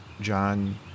John